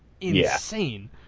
insane